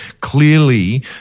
clearly